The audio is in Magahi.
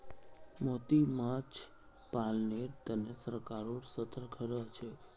मोती माछ पालनेर तने सरकारो सतर्क रहछेक